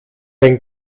ein